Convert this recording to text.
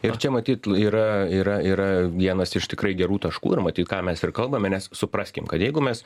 ir čia matyt yra yra yra vienas iš tikrai gerų taškų ir matyt ką mes ir kalbame nes supraskim kad jeigu mes